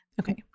Okay